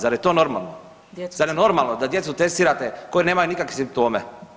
Zar je to normalno? … [[Upadica: Ne razumije se.]] Zar je normalno da djecu testirate koji nemaju nikakve simptome?